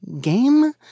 game